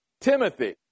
Timothy